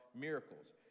miracles